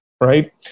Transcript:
right